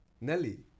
Nelly